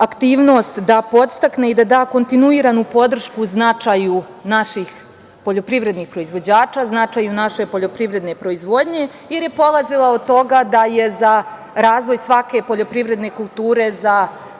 da podstakne i da da kontinuiranu podršku značaju naših poljoprivrednih proizvođača, značaju naše poljoprivredne proizvodnje, jer je polazila od toga da je za razvoj svake poljoprivredne kulture za razvoj